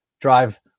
drive